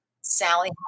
Sally